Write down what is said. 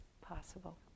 possible